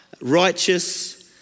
righteous